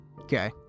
Okay